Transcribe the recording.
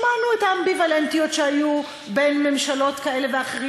שמענו את האמביוולנטיות שהייתה בין ממשלות כאלה ואחרות,